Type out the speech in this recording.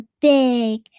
big